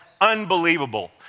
Unbelievable